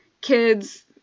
kids